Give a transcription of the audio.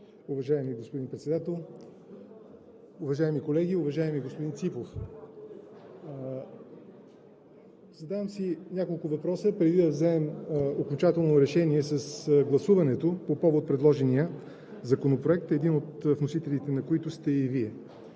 Уважаеми господин Председател, уважаеми колеги! Уважаеми господин Ципов, задавам си няколко въпроса преди да вземем окончателно решение с гласуването по повод предложения законопроект, един от вносителите на който сте и Вие.